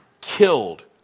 killed